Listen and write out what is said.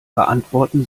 beantworten